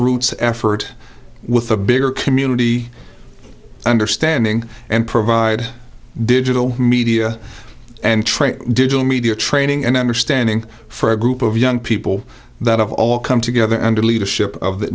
roots effort with a bigger community understanding and provide digital media and trade digital media training and understanding for a group of young people that have all come together under the leadership of the